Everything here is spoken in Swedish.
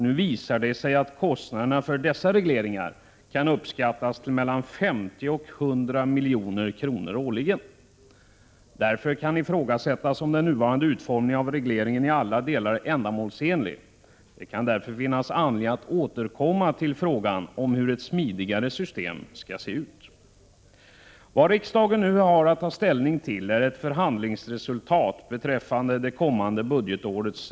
Nu visar det sig att kostnaderna för dessa regleringar kan uppskattas till mellan 50 och 100 milj.kr. årligen. Därför kan ifrågasättas om den nuvarande utformningen av regleringen är till alla delar ändamålsenlig. Det kan finnas anledning återkomma till frågan om hur ett smidigare system skall se ut. Vad riksdagen nu har att ta ställning till är förhandlingsresultatet beträffande regleringen för det kommande budgetåret.